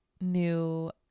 new